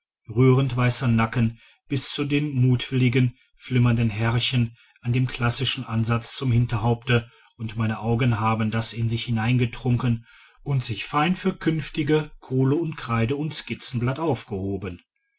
rührend weißer nacken bis zu den mutwilligen flimmernden härchen an dem klassischen ansatz zum hinterhaupt und meine augen haben das in sich hineingetrunken und sich fein für künftige kohle und kreide und skizzenblatt aufgehoben